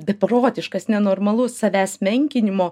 beprotiškas nenormalus savęs menkinimo